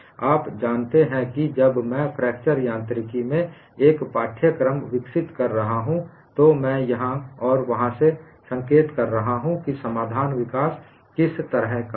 आप जानते हैं कि जब मैं फ्रैक्चर यांत्रिकी में एक पाठ्यक्रम विकसित कर रहा हूं तो मैं यँहा और वहां से संकेत कर रहा हूं कि समाधान विकास किस तरह का है